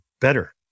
better